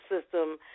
system